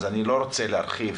אני לא רוצה להרחיב